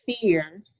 fear